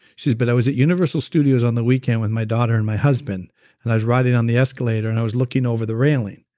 but i was at universal studios on the weekend with my daughter and my husband and i was riding on the escalator and i was looking over the railing.